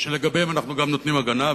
שלגביהם אנחנו גם נותנים הגנה,